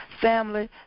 Family